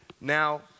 Now